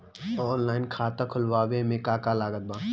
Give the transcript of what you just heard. Online खाता खुलवावे मे का का लागत बा?